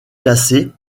placée